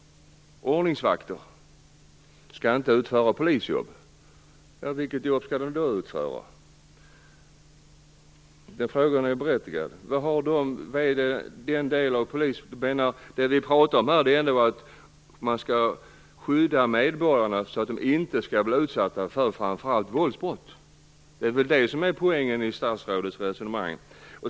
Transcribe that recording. Ordningsvakter skall inte utföra polisjobb. Vilket jobb skall de då utföra? Frågan är berättigad. Det vi pratar om här är att skydda medborgarna så att de inte skall bli utsatta för framför allt våldsbrott. Det är det som är poängen i statsrådets resonemang.